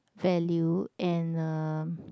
value and uh